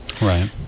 right